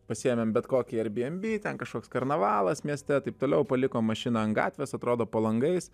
pasiėmėm bet kokį ar bi end bi ten kažkoks karnavalas mieste taip toliau palikom mašiną ant gatvės atrodo po langais